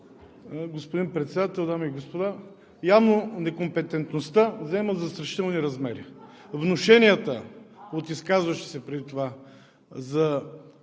господин Председател, дами и господа, некомпетентността взема застрашителни размери. Внушенията от изказващите се преди това за